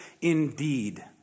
indeed